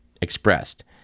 expressed